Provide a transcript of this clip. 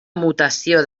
mutació